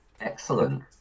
excellent